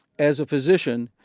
as a physician,